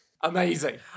Amazing